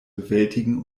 bewältigen